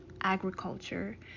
agriculture